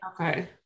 okay